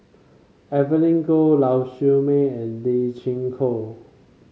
Evelyn Goh Lau Siew Mei and Lee Chin Koon